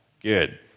Good